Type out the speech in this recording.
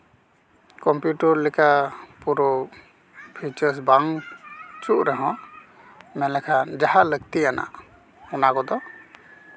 computer ᱞᱮᱠᱟ ᱯᱩᱨᱟᱹ features ᱵᱟᱝ ᱦᱤᱡᱩᱜ ᱨᱮᱦᱚᱸ ᱢᱮᱱ ᱞᱮᱠᱷᱟᱱ ᱡᱟᱦᱟᱸ ᱞᱟᱹᱠᱛᱤᱭᱟᱱᱟᱜ ᱚᱱᱟ ᱠᱚᱫᱚ